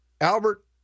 Albert